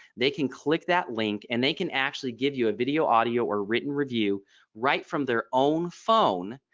they can click that link and they can actually give you a video audio or written review right from their own phone.